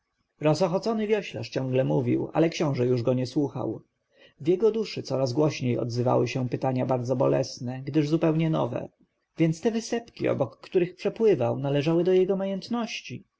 rozochocony wioślarz ciągle mówił ale książę już go nie słuchał w jego duszy coraz głośniej odzywały się pytania bardzo bolesne gdyż zupełnie nowe więc te wysepki około których przepływał należały do jego majętności